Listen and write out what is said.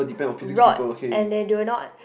rot and they do not